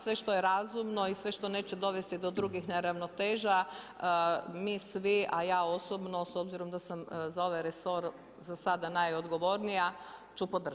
Sve što je razumno i sve što neće dovesti do drugih neravnoteža, mi svi, a ja osobno s obzirom da sam za ovaj resor za sada najodgovornija ću podržati.